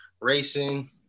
Racing